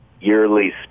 yearly